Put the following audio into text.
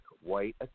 white